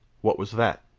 what was that?